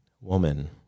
woman